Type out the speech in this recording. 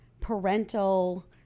parental